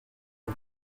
une